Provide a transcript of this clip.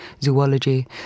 zoology